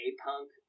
A-Punk